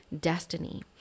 destiny